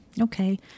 okay